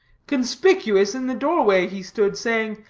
conspicuous in the door-way he stood, saying,